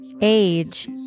age